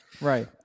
Right